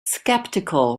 skeptical